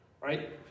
Right